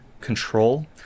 control